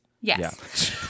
Yes